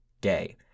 day